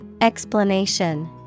Explanation